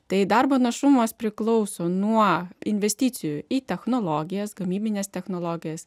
tai darbo našumas priklauso nuo investicijų į technologijas gamybines technologijas